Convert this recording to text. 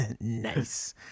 Nice